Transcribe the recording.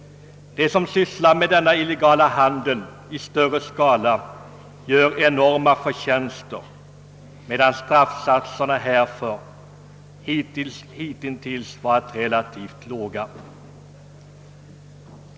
De som sysslar med denna illegala handel i större skala gör enorma förtjänster, medan straffsatserna härför hitintills varit relativt låga.